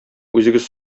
үзегез